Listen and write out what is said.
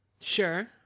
Sure